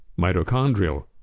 mitochondrial